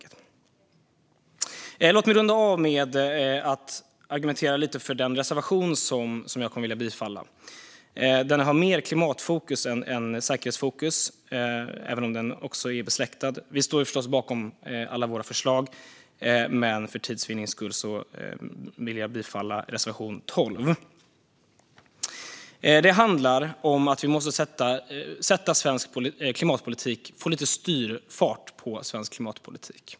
Låt mig runda av med att argumentera lite för den reservation som jag ska yrka bifall till. Den har mer klimatfokus än säkerhetsfokus, men det är besläktat. Vi står förstås bakom alla våra förslag, men för tids vinnande yrkar jag bifall endast till reservation 12. Den handlar om att vi måste få styrfart i svensk klimatpolitik.